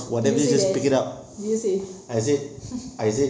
did you say that did you say